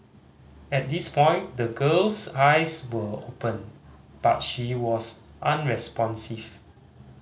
at this point the girl's eyes were open but she was unresponsive